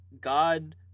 God